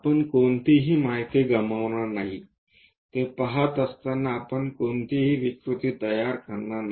आपण कोणतीही माहिती गमावणार नाही ते पहात असताना आपण कोणतीही विकृती तयार करणार नाही